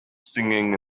singing